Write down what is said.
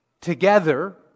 together